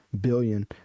billion